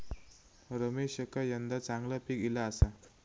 रमेशका यंदा चांगला पीक ईला आसा